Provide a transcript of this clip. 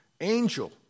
angel